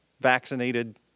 vaccinated